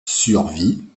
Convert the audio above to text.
survit